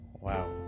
Wow